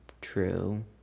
True